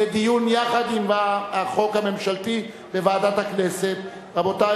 לדיון מוקדם בוועדת הכנסת נתקבלה.